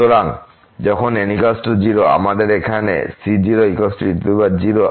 সুতরাং যখন n0 আমাদের এখানে c0e0 আছে যা হল 1